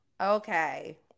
Okay